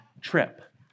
trip